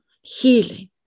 healing